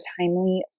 timely